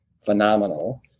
phenomenal